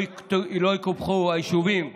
לא יקופחו היישובים הערביים,